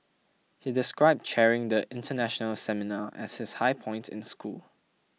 he described chairing the international seminar as his high point in school